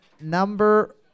number